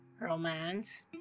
Romance